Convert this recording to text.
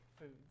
foods